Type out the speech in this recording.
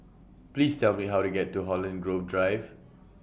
Please Tell Me How to get to Holland Grove Drive